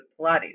Pilates